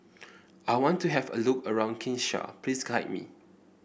I want to have a look around Kinshasa please guide me